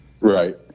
Right